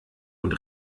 und